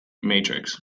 matrix